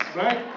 right